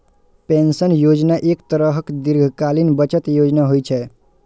pension योजना एक तरहक दीर्घकालीन बचत योजना होइ छै